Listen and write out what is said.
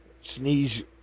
sneeze